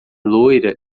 loira